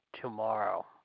tomorrow